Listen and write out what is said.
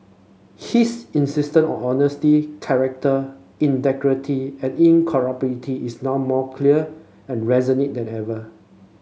his insistence on honesty character integrity and incorruptibility is now more clear and resonant than ever